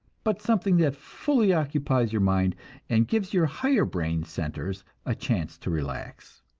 but something that fully occupies your mind and gives your higher brain centers a chance to relax.